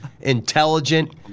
intelligent